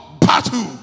battle